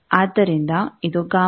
ಆದ್ದರಿಂದ ಇದು Γ1